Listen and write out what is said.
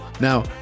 Now